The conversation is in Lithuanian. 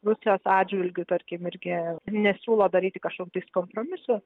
rusijos atžvilgiu tarkim irgi nesiūlo daryti kažkokius kompromisus